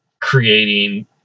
creating